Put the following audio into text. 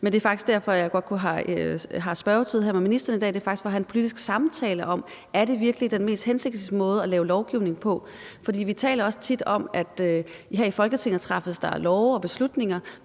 Men det er faktisk derfor, jeg har et spørgsmål her i spørgetiden til ministeren i dag; det er faktisk for have en politisk samtale om, om det virkelig er den mest hensigtsmæssige måde at lave lovgivning på. Vi taler også tit om, at der her i Folketinget træffes beslutninger